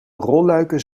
rolluiken